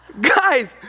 guys